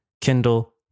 Kindle